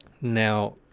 Now